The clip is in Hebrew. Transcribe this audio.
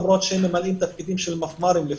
למרות שהם ממלאים תפקידים של מפמ"רים לפעמים,